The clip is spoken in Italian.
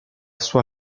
sua